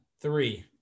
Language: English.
Three